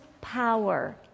power